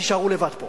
ותישארו לבד פה